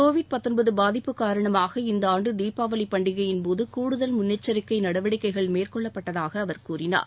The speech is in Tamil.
கோவிட் பாதிப்பு தற்போது உள்ளதால் இந்த ஆண்டு தீபாவளிப் பண்டிகையின் போது கூடுதல் முன்னெச்சரிக்கை நடவடிக்கைகள் மேற்கொள்ளப்பட்டதாகக் கூறினார்